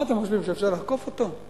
מה, אתם חושבים שאפשר לעקוף אותו?